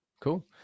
Cool